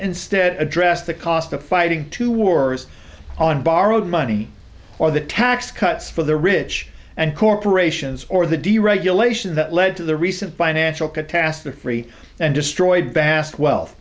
instead address the cost of fighting two wars on borrowed money or the tax cuts for the rich and corporations or the deregulation that led to the recent financial catastrophe and destroyed bassed wealth